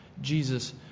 Jesus